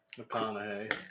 McConaughey